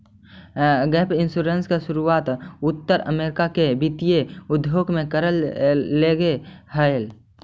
gap insurance के शुरुआत उत्तर अमेरिका के वित्तीय उद्योग में करल गेले हलाई